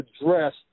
address